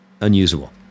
unusable